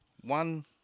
one